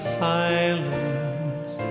silence